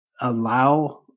allow